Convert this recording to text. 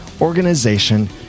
organization